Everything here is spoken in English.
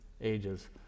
Ages